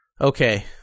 okay